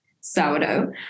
sourdough